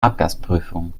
abgasprüfung